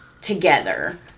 together